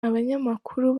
abanyamakuru